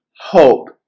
hope